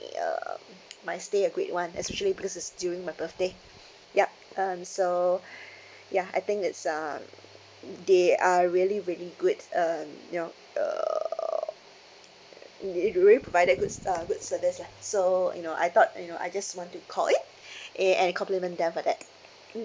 uh my stay a great [one] especially because this is during my birthday ya and so ya I think it's uh they are really really good um you know uh they really provided good uh good service lah so you know I thought you know I just want to call in uh and compliment them for that